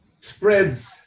spreads